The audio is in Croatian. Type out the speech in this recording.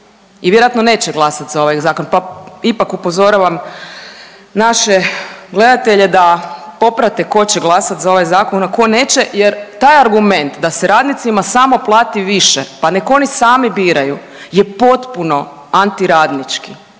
i vjerojatno neće glasat za ovaj zakon, pa ipak upozoravam naše gledatelje da poprate tko će glasati za ovaj zakon, tko neće jer taj argument da se radnicima samo plati više pa nek' oni sami biraju je potpuno anti radnički.